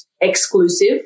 exclusive